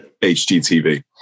hgtv